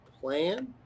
plan